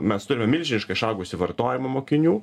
mes turime milžiniškai išaugusį vartojimą mokinių